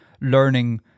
learning